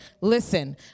listen